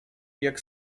jak